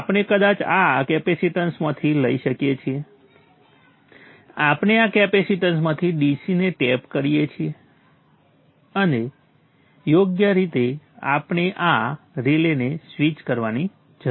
આપણે કદાચ આ કેપેસીટન્સમાંથી લઈ શકીએ છીએ આપણે આ કેપેસીટન્સમાંથી DC ને ટેપ કરીએ છીએ અને પછી યોગ્ય રીતે આપણે આ રીલેને સ્વિચ કરવાની જરૂર છે